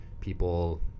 people